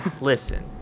listen